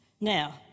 now